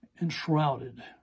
enshrouded